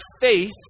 faith